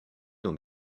dans